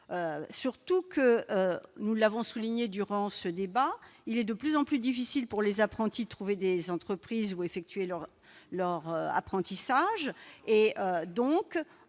chose. Nous l'avons souligné au cours du débat, il est de plus en plus difficile pour les apprentis de trouver des entreprises où effectuer leur apprentissage. On